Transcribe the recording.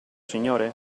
signore